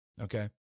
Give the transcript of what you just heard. okay